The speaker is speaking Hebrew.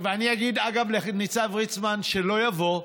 ואגב, אני אגיד לניצב ריטמן שלא יבוא.